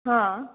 हा